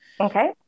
okay